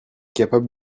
capable